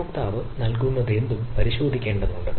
ഉപയോക്താവ് നൽകുന്നതെന്തും പരിശോധിക്കേണ്ടതുണ്ട്